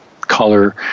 color